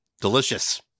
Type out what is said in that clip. delicious